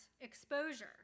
exposure